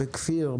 בכפיר,